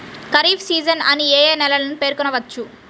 Kharif season అని ఏ ఏ నెలలను పేర్కొనవచ్చు?